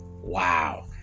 wow